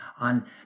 on